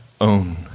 own